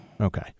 Okay